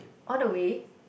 all the way